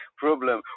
problem